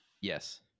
Yes